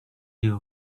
you